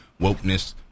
wokeness